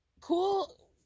cool